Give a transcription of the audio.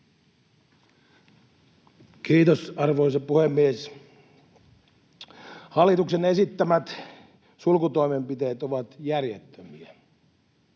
Kiitos, arvoisa puhemies! Hallituksen esittämät sulkutoimenpiteet ovat järjettömiä.